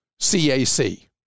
CAC